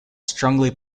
strongly